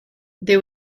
there